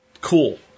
Cool